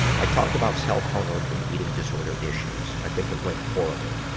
i talked about self-harm and eating disorder issues. i think it went horrible.